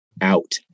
out